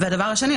והדבר השני,